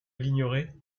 l’ignorer